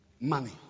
money